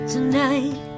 tonight